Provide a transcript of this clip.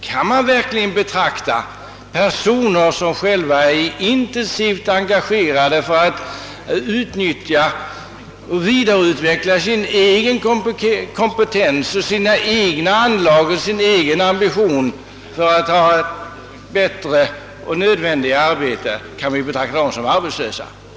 De människor som är intensivt engagerade för att vidareutveckla sin kompetens, sina anlag och sin ambition för att sedan kunna ta ett bättre arbete kan väl knappast betraktas som arbetslösa.